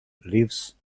lives